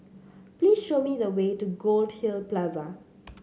please show me the way to Goldhill Plaza